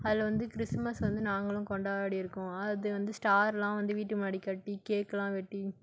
அதில் வந்து கிறிஸ்மஸ் வந்து நாங்களும் கொண்டாடியிருக்கோம் அது வந்து ஸ்டார்லாம் வந்து வீட்டு முன்னாடி கட்டி கேக்கெல்லாம் வெட்டி